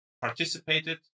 participated